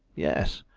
yes.